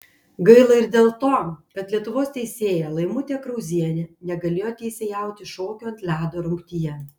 gaila ir dėl to kad lietuvos teisėja laimutė krauzienė negalėjo teisėjauti šokių ant ledo rungtyje